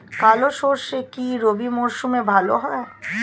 কালো সরষে কি রবি মরশুমে ভালো হয়?